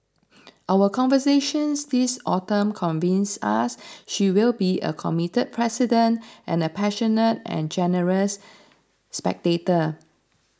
our conversations this autumn convince us she will be a committed president and a passionate and generous spectator